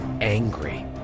angry